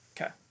okay